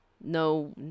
No